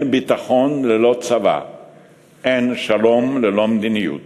מושיטים יד שלום ושכנות טובה לכל המדינות